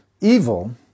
evil